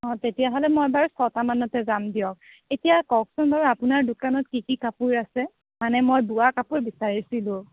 অ তেতিয়াহ'লে মই বাৰু ছটামানতে যাম দিয়ক এতিয়া কওকচোন বাৰু আপোনাৰ দোকানত কি কি কাপোৰ আছে মানে মই বোৱা কাপোৰ বিচাৰিছিলোঁ